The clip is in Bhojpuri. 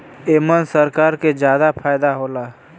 एमन सरकार के जादा फायदा होला